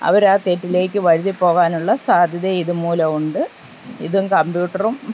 അവർ ആ തെറ്റിലേക്ക് വഴുതി പോകാനുള്ള സാധ്യത ഇതു മൂലമുണ്ട് ഇതും കമ്പ്യൂട്ടറും